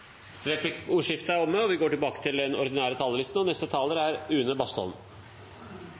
replikkordskiftet omme, og vi går tilbake til den ordinære talerlisten. Vi lever i en tid da urettferdigheten vokser, utryggheten vokser og